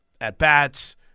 at-bats